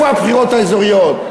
איפה הבחירות האזוריות?